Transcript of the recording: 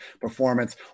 performance